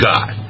God